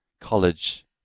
College